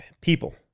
people